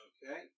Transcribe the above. Okay